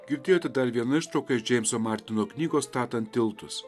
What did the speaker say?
girdėjote dar vieną ištrauką iš džeimso martino knygos statant tiltus